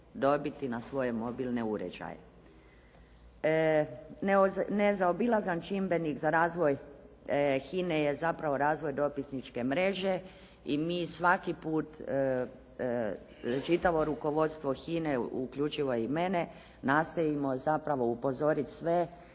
dobiti na svoje mobilne uređaje. Nezaobilazan čimbenik za razvoj HINA-e je zapravo razvoj dopisničke mreže i mi svaki put čitavo rukovodstvo HINA-e uključivo i mene nastojimo zapravo upozoriti sve